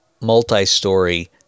multi-story